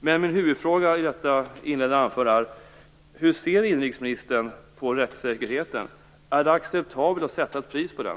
Men min huvudfråga i det anförda är: Hur ser inrikesministern på rättssäkerheten? Är det acceptabelt att sätta ett pris på den?